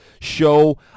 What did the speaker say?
show